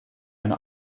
eine